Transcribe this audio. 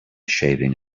shaving